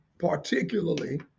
particularly